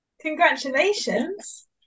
congratulations